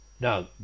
Now